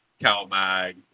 CalMag